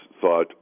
thought